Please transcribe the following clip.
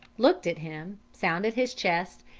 looked at him, sounded his chest,